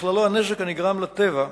ובכלל הנזק הנגרם לטבע.